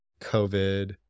COVID